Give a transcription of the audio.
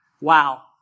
wow